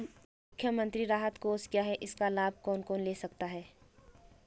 मुख्यमंत्री राहत कोष क्या है इसका लाभ कौन कौन ले सकता है?